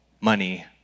money